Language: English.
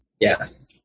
Yes